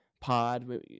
pod